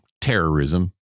terrorism